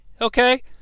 Okay